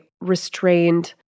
restrained